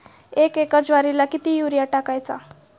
एक एकर ज्वारीला किती युरिया टाकायचा?